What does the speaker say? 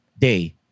day